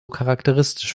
charakteristisch